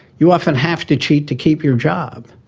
you often have to cheat to keep your job.